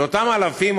ואותם אלפים,